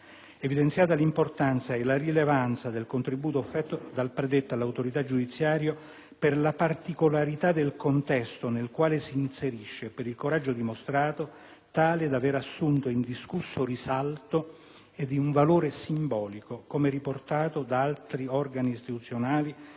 Evidenziata l'importanza e la rilevanza del contributo offerto dal predetto all'autorità giudiziaria, per la particolarità del contesto nel quale si inserisce e per il coraggio dimostrato, tale da aver assunto indiscusso risalto ed un valore simbolico, come riportato da altri organi istituzionali,